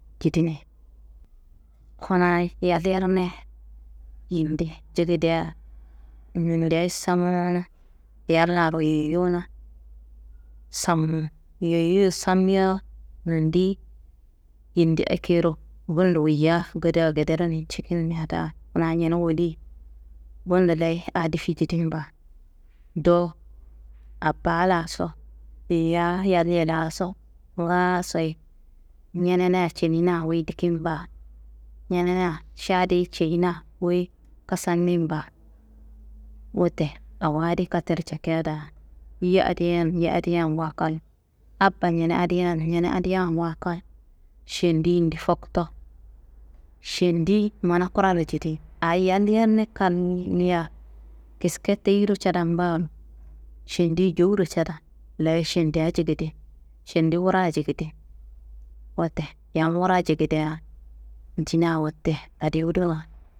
Kidene, kunayi yal yerne yindi cegedea minde sammun yalaro yeyona, sammun yeyo sammuya nondiyi yindi ekeyiro bundo woyiya gedea gedero ñecikinmia daa kuna ñene woli bundo leyi adi difi jidin baa. Dowo abba laaso, yeyiya yalliye laaso ngaasoyi ñenenea cenina wuyi dikin baa, ñenenea šadiyi ceyina wuyi kasanin baa. Wote awo adi kattero cekia daa ye adiye n ye adiye nwa kal, abba ñene adiya n ñene adiya nwa kal šendi yindi fokto, šendiyi mana kuraro jedin, aa yal yerne kalliya kiske teyiro cadan baaro šendiyi jowuro cadan, leye šendiya jegedin, šendi wura jegedin. Wote yam wura jegediya dina wote tadiwuduna.